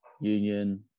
union